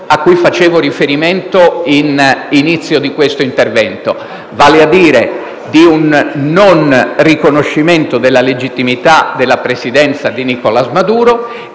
a cui ho fatto riferimento all'inizio dell'intervento, vale a dire di un non riconoscimento della legittimità della Presidenza di Nicolás Maduro